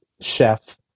chef